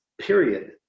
period